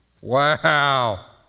Wow